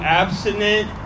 abstinent